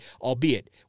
albeit